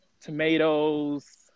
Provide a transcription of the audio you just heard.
tomatoes